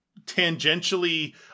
tangentially